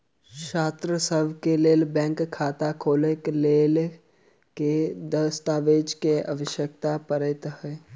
छात्रसभ केँ लेल बैंक खाता खोले केँ लेल केँ दस्तावेज केँ आवश्यकता पड़े हय?